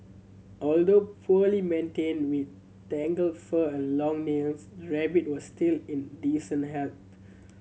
although poorly maintained with tangled fur and long nails the rabbit was still in decent health